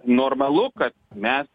normalu kad mes